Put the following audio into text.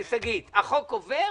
שגית, החוק קובע: